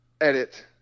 edit